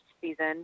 season